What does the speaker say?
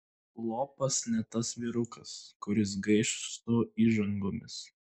lopas ne tas vyrukas kuris gaiš su įžangomis